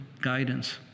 guidance